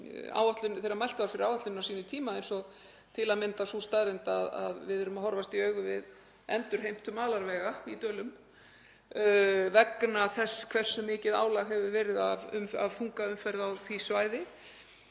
þegar mælt var fyrir áætluninni á sínum tíma. Ég nefni til að mynda þá staðreynd að við erum að horfast í augu við endurheimt malarvega í Dölum vegna þess hversu mikið álag hefur verið af þungaumferð á því svæði.